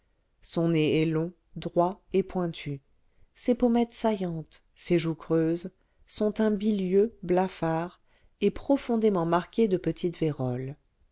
son nez est long droit et pointu ses pommettes saillantes ses joues creuses son teint bilieux blafard et profondément marqué de petite vérole